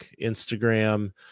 Instagram